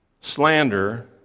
Slander